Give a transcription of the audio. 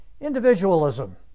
individualism